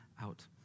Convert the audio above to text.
out